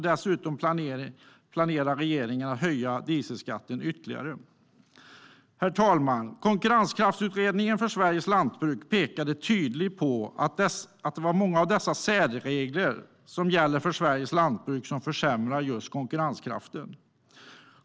Dessutom planerar regeringen att höja dieselskatten ytterligare. Herr talman! Konkurrenskraftsutredningen för Sveriges lantbruk pekade tydligt på att många av de särregler som gäller för Sveriges lantbruk försämrar just konkurrenskraften.